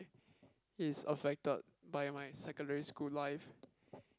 is affected by my secondary school life